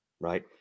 right